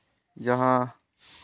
ᱡᱟᱦᱟᱸ